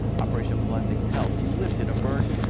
operation blessing's help lifted a burden,